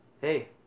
hey